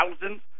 thousands